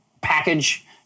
package